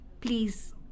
please